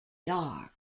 dark